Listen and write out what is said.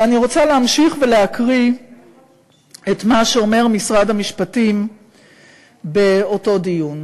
ואני רוצה להמשיך ולהקריא את מה שאומר משרד המשפטים באותו דיון: